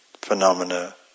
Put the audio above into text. phenomena